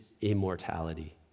immortality